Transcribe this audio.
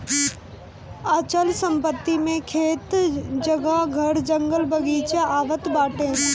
अचल संपत्ति मे खेत, जगह, घर, जंगल, बगीचा आवत बाटे